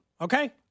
Okay